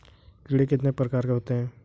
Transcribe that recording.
कीड़े कितने प्रकार के होते हैं?